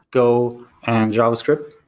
go and javascript.